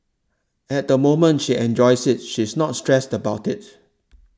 at the moment she enjoys it she is not stressed about it